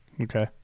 Okay